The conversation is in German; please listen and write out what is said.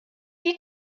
die